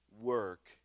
work